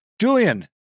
Julian